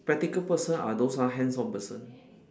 practical person are ah those hands on person